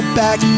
back